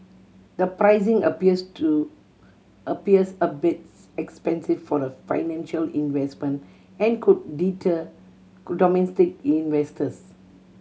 the pricing appears to appears a bit expensive for a financial investment and could deter domestic investors